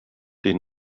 den